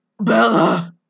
Bella